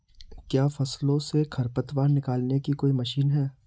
क्या फसलों से खरपतवार निकालने की कोई मशीन है?